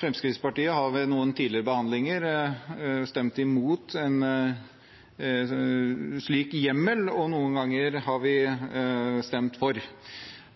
vi stemt for.